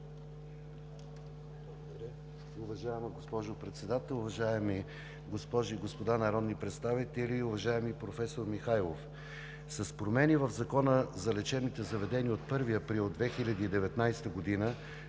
Уважаема госпожо Председател, уважаеми госпожи и господа народни представители! Уважаеми професор Михайлов, с промени в Закона за лечебните заведения от 1 април 2019 г.